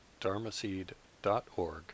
dharmaseed.org